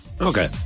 Okay